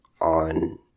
on